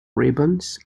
ribbons